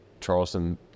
Charleston